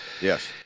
Yes